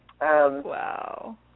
Wow